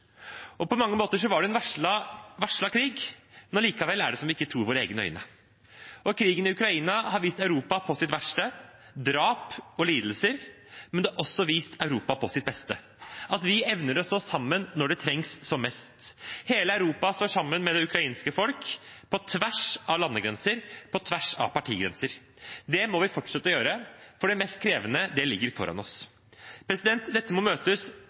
På mange måter var det en varslet krig, men allikevel er det som om vi ikke tror våre egne øyne. Krigen i Ukraina har vist Europa på sitt verste – drap og lidelser – men det har også vist Europa på sitt beste: at vi evner å stå sammen når det trengs som mest. Hele Europa står sammen med det ukrainske folk på tvers av landegrenser, på tvers av partigrenser. Det må vi fortsette å gjøre, for det mest krevende ligger foran oss. Dette må møtes